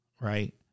Right